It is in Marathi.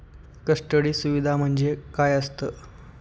कस्टडी सुविधा म्हणजे काय असतं?